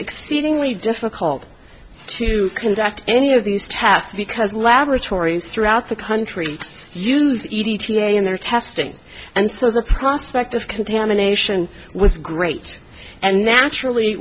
exceedingly difficult to conduct any of these tasks because laboratories throughout the country use e d t a in their testing and so the prospect of contamination was great and naturally